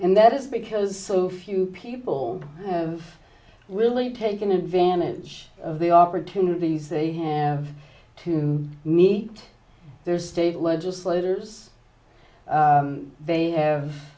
that is because so few people have really taken advantage of the opportunities they have to meet their state legislators they